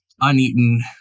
uneaten